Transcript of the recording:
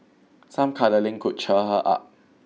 some cuddling could cheer her up